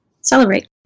celebrate